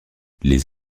les